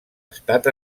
estat